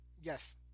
yes